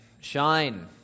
shine